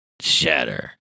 Shatter